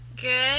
Good